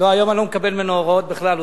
היום אני לא מקבל ממנו הוראות בכלל.